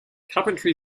coventry